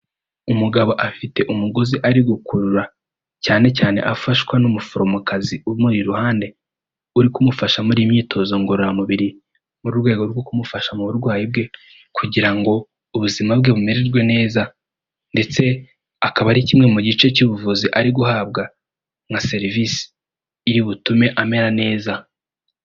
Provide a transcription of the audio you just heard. Umugabo afite umugozi ari gukurura, cyane cyane afashwa n'umuforomokazi umuri iruhande, uri kumufasha muri iyi myitozo ngororamubiri. Mu rwego rwo kumufasha mu burwayi bwe, kugira ngo ubuzima bwe bumererwe neza. Ndetse akaba ari kimwe mu gice cy'ubuvuzi ari guhabwa nka serivisi, iri butume amera neza.